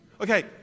Okay